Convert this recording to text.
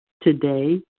today